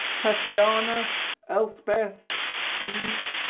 tatiana elspeth you'd